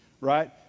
right